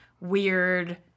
weird